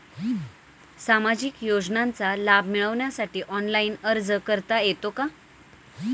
सामाजिक योजनांचा लाभ मिळवण्यासाठी ऑनलाइन अर्ज करता येतो का?